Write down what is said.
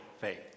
faith